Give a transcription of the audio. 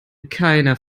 keiner